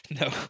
No